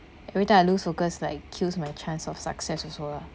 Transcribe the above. every time I lose focus like kills my chance of success also lah